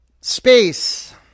space